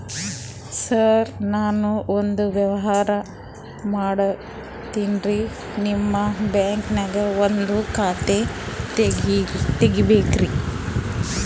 ಸರ ನಾನು ಒಂದು ವ್ಯವಹಾರ ಮಾಡಕತಿನ್ರಿ, ನಿಮ್ ಬ್ಯಾಂಕನಗ ಒಂದು ಖಾತ ತೆರಿಬೇಕ್ರಿ?